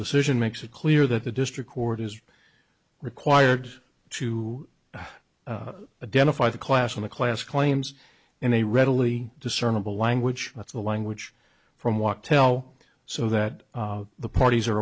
decision makes it clear that the district court is required to a den of five a class of the class claims and they readily discernible language that's the language from walk tell so that the parties are